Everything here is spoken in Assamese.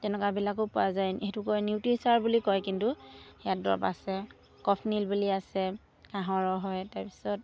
তেনেকুৱাবিলাকো পোৱা যায় সেইটো কয় বুলি কয় কিন্তু ইয়াত দৰব আছে কফ্নিল বুলি আছে কাহৰ হয় তাৰ পিছত